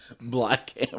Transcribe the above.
Black